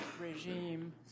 regime